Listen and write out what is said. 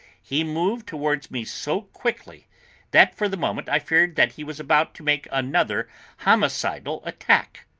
he moved towards me so quickly that for the moment i feared that he was about to make another homicidal attack.